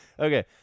Okay